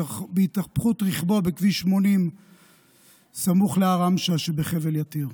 בהתהפכות רכבו בכביש 80 סמוך להר עמשא שבחבל יתיר.